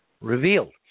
revealed